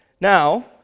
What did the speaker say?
Now